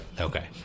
Okay